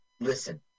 listen